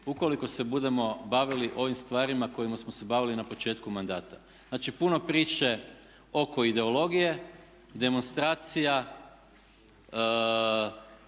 ukoliko se budemo bavili ovim stvarima kojima smo se bavili na početku mandata. Znači puno priče oko ideologije, demonstracija,